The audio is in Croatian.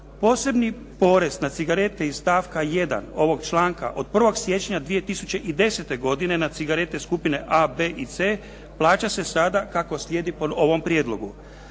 Posebni porez na cigarete iz stavka 1. ovoga članka od 1. siječnja 2010. godine na cigarete skupine A, B i C plaća se sada kako slijedi po ovom prijedlogu.